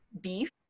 beef